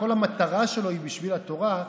כל המטרה שלו היא בשביל התורה,